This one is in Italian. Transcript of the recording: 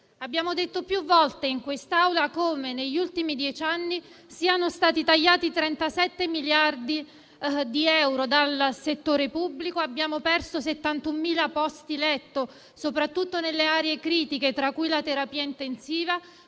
Abbiamo ripetuto più volte in quest'Assemblea come negli ultimi dieci anni siano stati tagliati 37 miliardi di euro dal settore pubblico; abbiamo perso 71.000 posti letto, soprattutto nelle aree critiche, tra cui quelli di terapia intensiva;